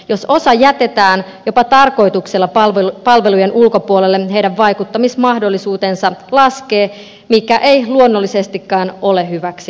jos osa jätetään jopa tarkoituksella palvelujen ulkopuolelle heidän vaikuttamismahdollisuutensa laskevat mikä ei luonnollisestikaan ole hyväksi